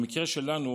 במקרה שלנו